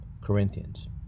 Corinthians